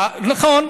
נכון.